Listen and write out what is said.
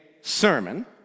sermon